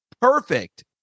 perfect